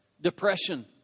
depression